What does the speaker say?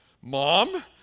mom